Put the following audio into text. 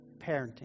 parenting